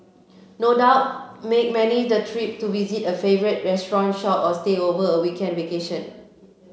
no doubt make many the trip to visit a favourite restaurant shop or stay over a weekend vacation